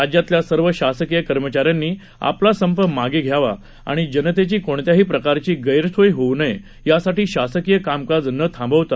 राज्यातल्या सर्व शासकीय कर्मचाऱ्यांनी आपला संप मागं घ्यावा आणि जनतेची कोणत्याही प्रकारची गस्त्रीय होऊ नये यासाठी शासकीय कामकाज न थांबवता